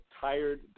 tired